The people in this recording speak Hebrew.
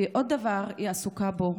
ועוד דבר שהיא עסוקה בו,